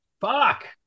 Fuck